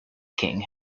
king